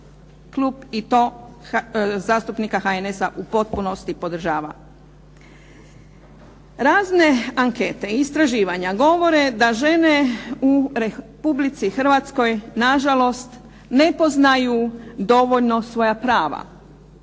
Klub zastupnika HNS-a i to u potpunosti podržava. Razne ankete, istraživanja govore da žene u Republici Hrvatskoj nažalost ne poznaju dovoljno svoja prava,